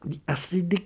the acidic